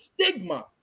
stigma